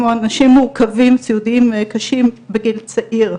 כמו אנשים מורכבים סיעודיים קשים בגיל צעיר,